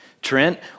Trent